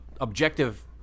objective